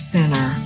Center